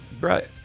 Right